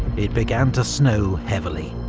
it began to snow heavily.